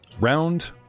Round